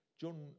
John